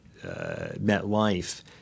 MetLife